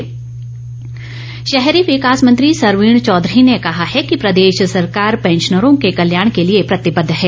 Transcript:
सरवीण चौधरी शहरी विकास मंत्री सरवीण चौधरी ने कहा है कि प्रदेश सरकार पैंशनरों के कल्याण के लिए प्रतिबद्ध है